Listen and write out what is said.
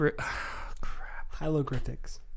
hieroglyphics